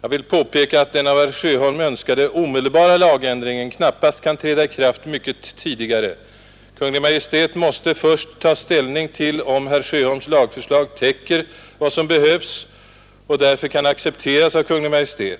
Jag vill påpeka att den av herr Sjöholm önskade omedelbara lagändringen knappast kan träda i kraft mycket tidigare. Kungl. Maj:t måste först ta ställning till om herr Sjöholms lagförslag täcker vad som behövs och därför kan accepteras av Kungl. Maj:t.